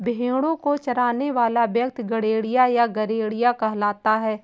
भेंड़ों को चराने वाला व्यक्ति गड़ेड़िया या गरेड़िया कहलाता है